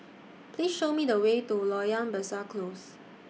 Please Show Me The Way to Loyang Besar Close